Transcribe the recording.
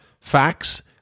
facts